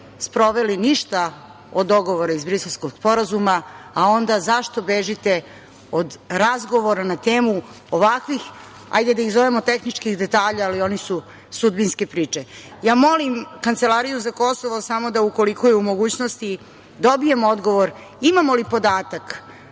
sproveli ništa od dogovora iz Briselskog sporazuma, a onda zašto bežite od razgovora na temu ovakvih, da ih zovemo tehničkim detaljima, ali one su sudbinske priče. Ja molim Kancelariju za Kosovo samo da ukoliko je u mogućnosti, dobijemo odgovor imamo li podatak